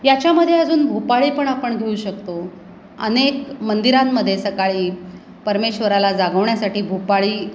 याच्यामध्ये अजून भूपाळी पण आपण घेऊ शकतो अनेक मंदिरांमध्ये सकाळी परमेश्वराला जागवण्यासाठी भूपाळी